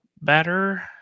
better